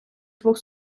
двох